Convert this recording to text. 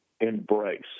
embrace